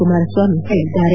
ಕುಮಾರಸ್ವಾಮಿ ಹೇಳಿದ್ದಾರೆ